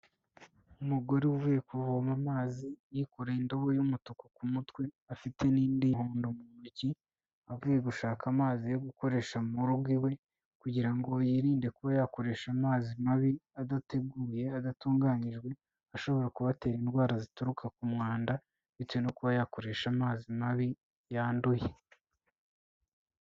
Umugore uvuye kuvoma amazi yikoreye indobo y'umutuku ku mutwe afite n'indi y'umuhondo mu ntoki, avuye gushaka amazi yo gukoresha mu rugo iwe, kugira ngo yirinde kuba yakoresha amazi mabi adateguye, adatunganyijwe, ashobora kubatera indwara zituruka ku mwanda, bitewe no kuba yakoresha amazi mabi yanduye.